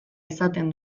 izaten